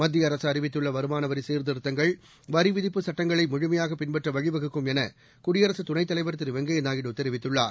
மத்தியஅரசுஅறிவித்துள்ளவருமானவரிசீர்திருத்தங்கள் வரிவிதிப்பு சட்டங்களைமுழுமையாகபின்பற்றவழிவகுக்கும் எனகுடியரசுதுணைத் தலைவர் வெங்கையநாயுடு திரு தெரிவித்துள்ளார்